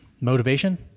motivation